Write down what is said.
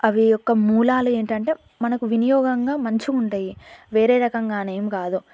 అవి యొక్క మూలాలు ఏంటంటే మనకు వినియోగంగా మంచిగుంటాయి వేరే రకంగానేం కాదు